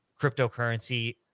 cryptocurrency